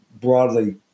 broadly